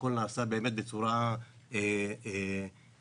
הכול נעשה בצורה שוויונית,